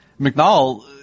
McNall